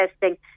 testing